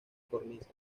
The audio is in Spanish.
cornisa